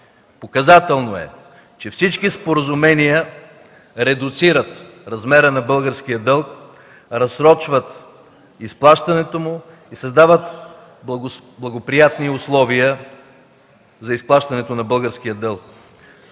Показателно е, че всички споразумения редуцират размера на българския дълг, разсрочват изплащането му и създават благоприятни условия за изплащането на българския дълг.